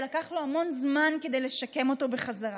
ולקח לו המון זמן לשקם אותו בחזרה.